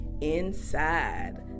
inside